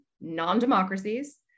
non-democracies